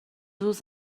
روز